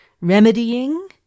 Remedying